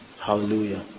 Hallelujah